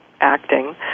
acting